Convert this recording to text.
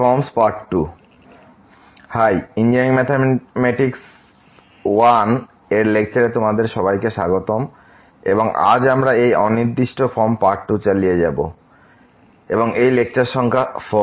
high engineering mathematics I এর লেকচারে তোমাদের সবাইকে স্বাগতম এবং আজ আমরা এই অনির্দিষ্ট ফর্ম পার্ট 2 চালিয়ে যাব এবং এই লেকচার সংখ্যা 4